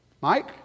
Mike